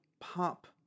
pop